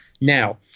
Now